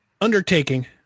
undertaking